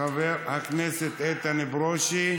חבר הכנסת איתן ברושי,